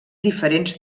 diferents